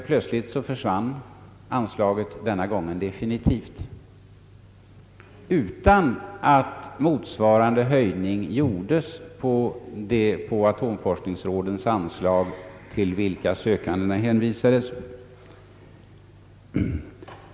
Plötsligt försvann anslaget den gången definitivt utan att motsvarande höjning gjordes på atomforskningsrådens anslag, till vilka sökandena hänvisades.